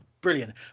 Brilliant